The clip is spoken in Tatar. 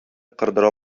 кырдыра